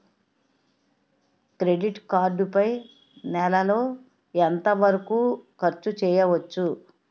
Credit card పై నెల లో ఎంత వరకూ ఖర్చు చేయవచ్చు?